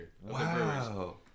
Wow